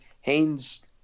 Haynes